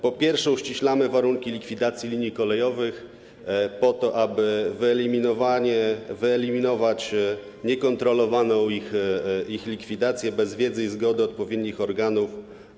Po pierwsze, uściślamy warunki likwidacji linii kolejowych, po to aby wyeliminować ich niekontrolowaną likwidację bez wiedzy i zgody odpowiednich organów.